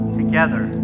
together